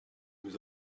nous